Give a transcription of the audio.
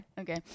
Okay